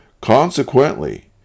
Consequently